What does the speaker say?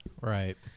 Right